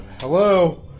Hello